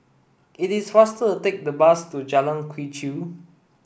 it is faster to take the bus to Jalan Quee Chew